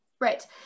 Right